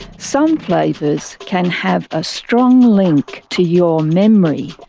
some flavours can have a strong link to your memory.